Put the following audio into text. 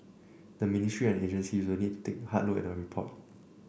the ministry and agencies really need to take a hard look at the report